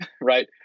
right